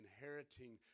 inheriting